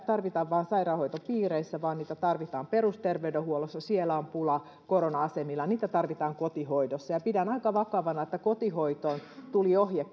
tarvita vain sairaanhoitopiireissä vaan niitä tarvitaan perusterveydenhuollossa siellä on pulaa korona asemilla niitä tarvitaan kotihoidossa pidän aika vakavana että kotihoitoon tuli ohje